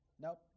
Nope